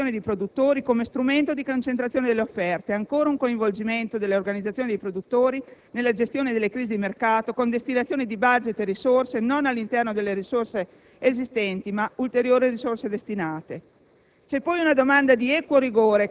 prevedano un potenziamento delle organizzazioni dei produttori come strumento di concentrazione dell'offerta e, ancora, un coinvolgimento delle organizzazioni dei produttori nella gestione delle crisi di mercato, con destinazioni di *budget* e risorse non all'interno delle risorse esistenti ma con risorse ulteriori.